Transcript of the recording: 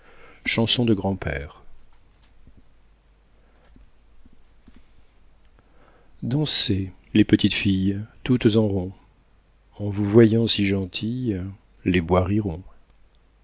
dansez les petites filles toutes en rond en vous voyant si gentilles les bois riront